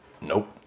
Nope